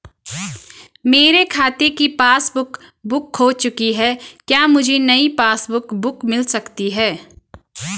मेरे खाते की पासबुक बुक खो चुकी है क्या मुझे नयी पासबुक बुक मिल सकती है?